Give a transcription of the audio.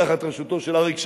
תחת ראשותו של אריק שרון,